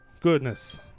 goodness